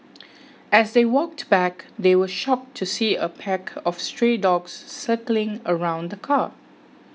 as they walked back they were shocked to see a pack of stray dogs circling around the car